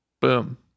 boom